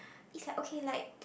it's like okay like